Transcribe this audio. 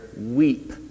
weep